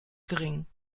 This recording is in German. gering